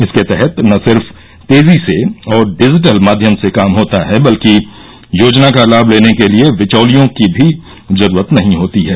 इसके तहत न सिर्फ तेजी से और डिजिटल माध्यम से काम होता है बल्कि योजना का लाभ लेने के लिए बिचौलियों की भी जरूरत नहीं होती है